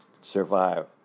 survive